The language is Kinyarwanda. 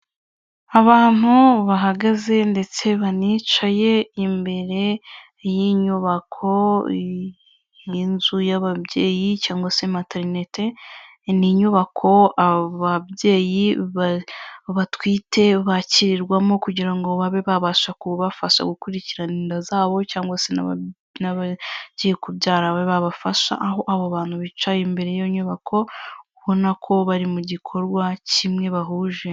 Abantu bahagaze ndetse banicaye imbere y'inyubako y'inzu y'ababyeyi cyangwa se materinete, ni inyubako ababyeyi batwite bakirirwamo, kugira ngo babe babasha kubafasha gukurikirana inda zabo, cyangwa se n'abagiye kubyara babafasha, aho abo bantu bicaye imbere y'iyo nyubako ubona ko bari mu gikorwa kimwe bahuje.